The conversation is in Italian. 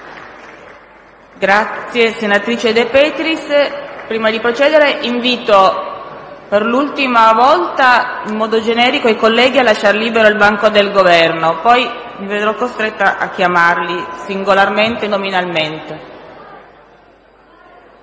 apre una nuova finestra"). Prima di procedere, invito per l'ultima volta in modo generico i colleghi a lasciare libero il banco del Governo. Poi, mi vedrò costretta a chiamarli singolarmente e nominalmente.